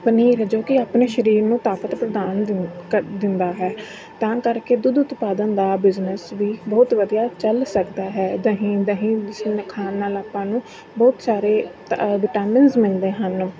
ਪਨੀਰ ਜੋ ਕਿ ਆਪਣੇ ਸਰੀਰ ਨੂੰ ਤਾਕਤ ਪ੍ਰਦਾਨ ਦਿੰ ਕਰ ਦਿੰਦਾ ਹੈ ਤਾਂ ਕਰਕੇ ਦੁੱਧ ਉਤਪਾਦਨ ਦਾ ਬਿਜ਼ਨਸ ਵੀ ਬਹੁਤ ਵਧੀਆ ਚੱਲ ਸਕਦਾ ਹੈ ਦਹੀਂ ਦਹੀਂ ਖਾਣ ਨਾਲ ਆਪਾਂ ਨੂੰ ਬਹੁਤ ਸਾਰੇ ਵਿਟਾਮਿਨਸ ਮਿਲਦੇ ਹਨ